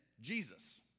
Jesus